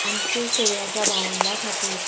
आमचे सगळ्यांच्या भावंडा खातीर